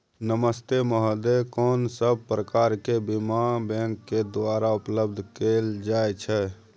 नमस्ते महोदय, कोन सब प्रकार के बीमा बैंक के द्वारा उपलब्ध कैल जाए छै?